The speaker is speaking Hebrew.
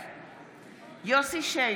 בעד יוסף שיין,